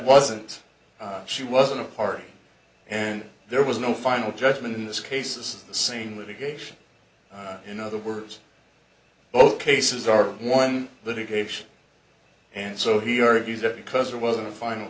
wasn't she wasn't a party and there was no final judgment in this case is the same litigation in other words both cases are one litigation and so he argues that because it was the final